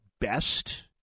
best